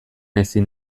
ezin